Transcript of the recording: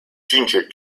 ginger